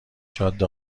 جاده